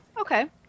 Okay